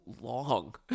long